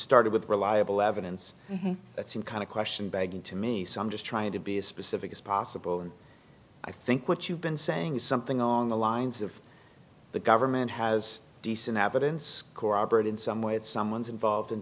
started with reliable evidence that seemed kind of question begging to me so i'm just trying to be as specific as possible and i think what you've been saying something along the lines of the government has decent evidence cooperate in some way that someone's involved